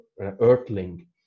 earthling